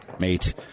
mate